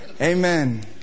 Amen